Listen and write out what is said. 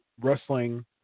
wrestling